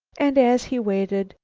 and, as he waited,